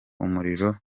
umuriro